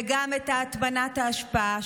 וגם את הטמנת האשפה,